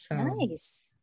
Nice